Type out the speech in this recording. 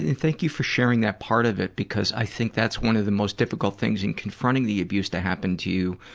and thank you for sharing that part of it, because i think that's one of the most difficult things in confronting the abuse that happened to you,